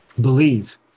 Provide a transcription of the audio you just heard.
believe